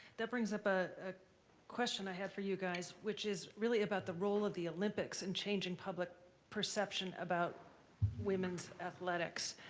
that brings up a question i had for you guys, which is really about the role of the olympics in changing public perception about women's athletics.